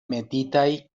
metitaj